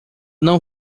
não